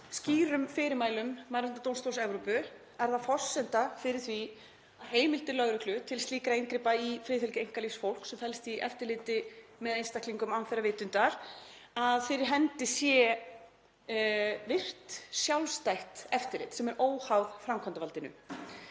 skýrum fyrirmælum Mannréttindadómstóls Evrópu er forsenda fyrir heimildum lögreglu til slíkra inngripa í friðhelgi einkalífs fólks sem felst í eftirliti með einstaklingum án þeirra vitundar að fyrir hendi sé virkt sjálfstætt eftirlit sem er óháð framkvæmdarvaldinu.